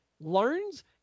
learns